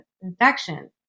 infection